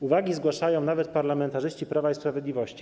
Uwagi zgłaszają nawet parlamentarzyści Prawa i Sprawiedliwości.